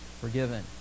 forgiven